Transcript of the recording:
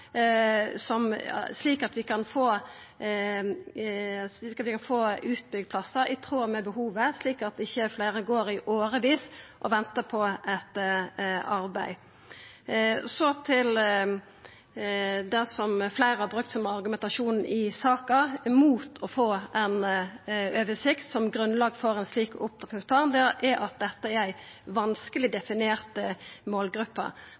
– slik at vi kan byggja ut plassar i tråd med behovet, slik at ikkje fleire går i årevis og ventar på eit arbeid. Det fleire har brukt som argumentasjon i saka, mot å få ei oversikt som grunnlag for ein slik opptrappingsplan, er at dette er ei målgruppe som det er vanskeleg